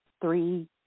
three